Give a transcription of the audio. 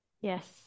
Yes